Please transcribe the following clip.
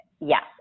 Yes